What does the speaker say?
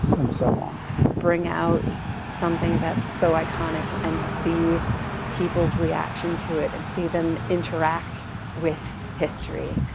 and so on. to bring out something that's so iconic and see people's reaction to it and see them interact with history.